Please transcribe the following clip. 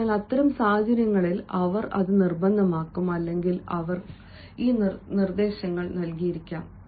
അതിനാൽ അത്തരം സാഹചര്യങ്ങളിൽ അവർ അത് നിർബന്ധമാക്കും അല്ലെങ്കിൽ അവർ ഈ നിർദ്ദേശങ്ങൾ നൽകിയിരിക്കാം